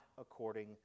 according